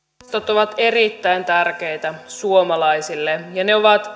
ovat erittäin tärkeitä suomalaisille ja ne ovat